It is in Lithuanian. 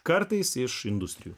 kartais iš industrijų